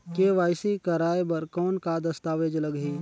KYC कराय बर कौन का दस्तावेज लगही?